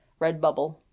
Redbubble